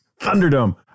Thunderdome